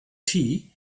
tea